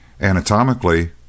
Anatomically